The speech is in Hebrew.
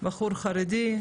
בחור חרדי,